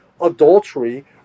adultery